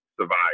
survive